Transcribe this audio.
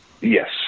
Yes